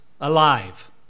alive